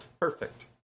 Perfect